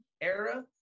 era